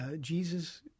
Jesus